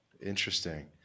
Interesting